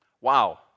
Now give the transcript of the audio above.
Wow